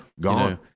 gone